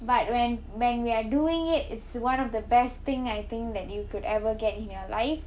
but when when we are doing it it's one of the best thing I think that you could ever get in your life